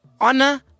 Honor